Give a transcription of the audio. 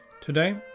Today